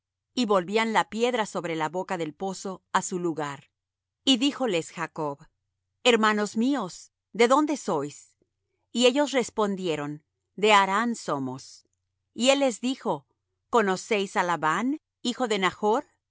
y volvían la piedra sobre la boca del pozo á su lugar y díjoles jacob hermanos míos de dónde sois y ellos respondieron de harán somos y él les dijo conocéis á labán hijo de